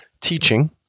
teaching